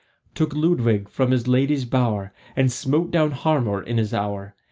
took ludwig from his lady's bower, and smote down harmar in his hour,